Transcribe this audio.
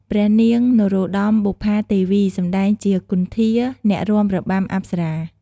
ព្រះនាង នរោត្តម បុប្ផាទេវី សម្តែងជា គន្ធា អ្នករាំរបាំអប្សរា។